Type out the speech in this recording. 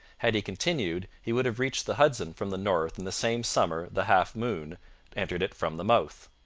had he continued, he would have reached the hudson from the north in the same summer the half moon entered it from the mouth.